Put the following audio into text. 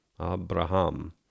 Abraham